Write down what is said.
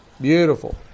beautiful